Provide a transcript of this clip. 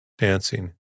dancing